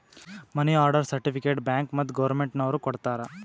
ಮನಿ order certificate bank ಮತ್ತ್ government ನವ್ರು ಕೊಡ್ತಾರ